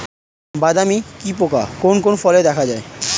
বাদামি কি পোকা কোন কোন ফলে দেখা যায়?